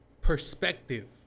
perspective